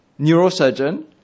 neurosurgeon